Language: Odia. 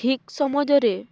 ଠିକ୍ ସମାଜରେ